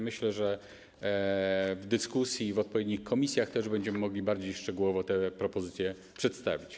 Myślę, że w dyskusji w odpowiednich komisjach też będziemy mogli bardziej szczegółowo te propozycje przedstawić.